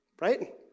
right